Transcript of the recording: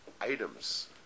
items